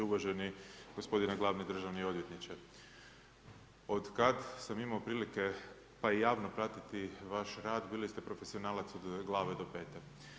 Uvaženi gospodine glavni državni odvjetniče, od kad sam imao prilike pa i javno pratiti vaš rad bili ste profesionalac od glave do pete.